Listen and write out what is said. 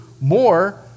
more